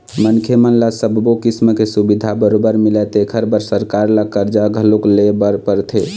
मनखे मन ल सब्बो किसम के सुबिधा बरोबर मिलय तेखर बर सरकार ल करजा घलोक लेय बर परथे